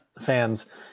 fans